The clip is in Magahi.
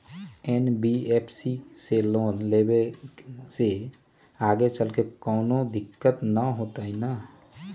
एन.बी.एफ.सी से लोन लेबे से आगेचलके कौनो दिक्कत त न होतई न?